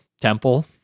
temple